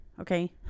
Okay